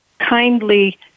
kindly